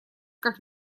как